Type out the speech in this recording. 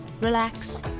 relax